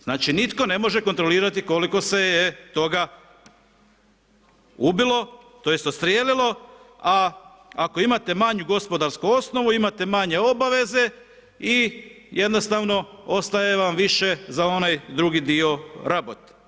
Znači nitko ne može kontrolirati koliko se je toga ubilo tj. odstrijelilo, a ako imate manju gospodarsku osnovu, imate manje obaveze i jednostavno ostaje vam više za onaj drugi dio, rabot.